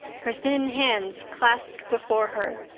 her thin hands clasped before her,